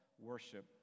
worship